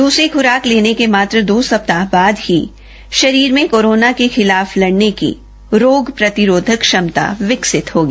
दूसरी खुराक लेने के मात्र दो सप्ताह बाद ही शरीर में कोरोना के खिलाफ लड़ने की रोग प्रतिरोधक श्रमता विकसित होगी